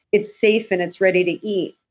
it's safe and it's ready to eat.